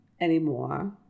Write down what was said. anymore